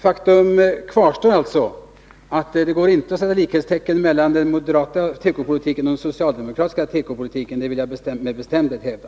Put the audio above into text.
Faktum kvarstår emellertid att det inte går att sätta likhetstecken mellan den moderata tekopolitiken och den socialdemokratiska. Det vill jag med bestämdhet hävda.